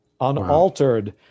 unaltered